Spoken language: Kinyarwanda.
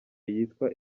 yitwa